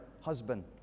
husband